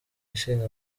ishinga